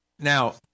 Now